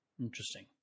Interesting